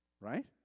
right